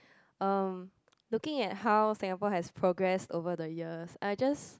um looking at how Singapore has progressed over the years I just